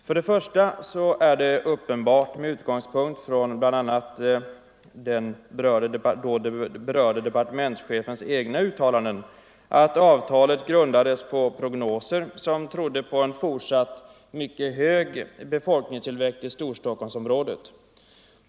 Först och främst är det uppenbart, med utgångspunkt i bl.a. den berörda departementschefens egna uttalanden, att avtalet grundades på prognoser som tydde på en fortsatt mycket hög befolkningstillväxt i Storstockholmsområdet.